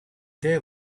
their